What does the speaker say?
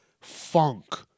funk